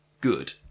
good